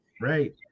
Right